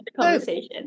conversation